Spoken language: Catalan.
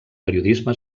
periodisme